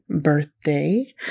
birthday